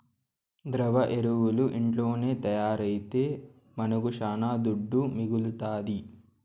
ద్రవ ఎరువులు ఇంట్లోనే తయారైతే మనకు శానా దుడ్డు మిగలుతాది